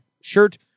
shirt